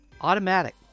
Automatic